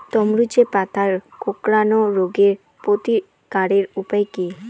তরমুজের পাতা কোঁকড়ানো রোগের প্রতিকারের উপায় কী?